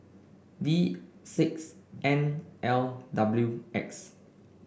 D six N L W X